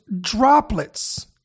droplets